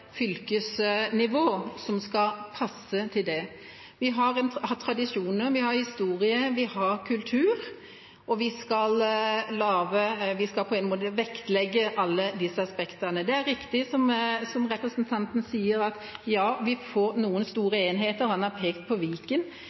fylkesnivå som skal passe til det. Vi har tradisjoner, vi har historie, vi har kultur, og vi skal på en måte vektlegge alle disse aspektene. Det er riktig som representanten sier: Ja, vi får noen store enheter. Han har pekt på Viken,